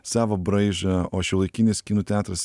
savo braižą o šiuolaikinis kinų teatras